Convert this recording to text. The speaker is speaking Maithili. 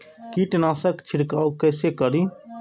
कीट नाशक छीरकाउ केसे करी?